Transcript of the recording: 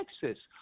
Texas